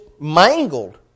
mangled